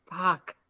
Fuck